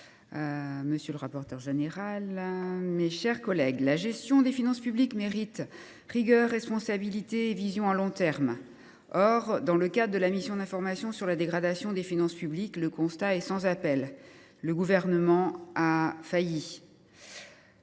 monsieur le ministre, mes chers collègues, la gestion des finances publiques mérite rigueur, responsabilité et vision à long terme. Or dans le cadre de la mission d’information sur la dégradation des finances publiques depuis 2023, le constat est sans appel : le Gouvernement a failli.